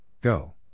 Go